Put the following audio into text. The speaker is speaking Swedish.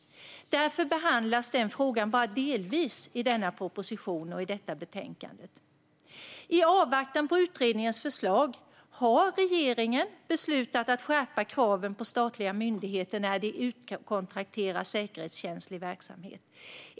Därför behandlas den frågan bara delvis i denna proposition och i detta betänkande. I avvaktan på utredningens förslag har regeringen beslutat att skärpa kraven på statliga myndigheter när de utkontrakterar säkerhetskänslig verksamhet.